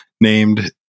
named